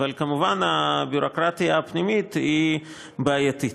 אבל כמובן הביורוקרטיה הפנימית היא בעייתית.